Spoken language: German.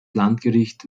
landgericht